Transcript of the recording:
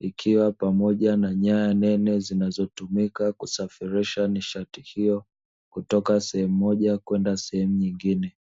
ikiwa pamoja na nyaya nene zinazotumika kusafirisha nishati hiyo kutoka sehemu moja kwenda sehemu nyingine.